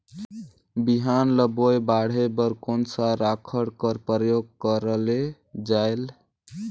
बिहान ल बोये बाढे बर कोन सा राखड कर प्रयोग करले जायेल?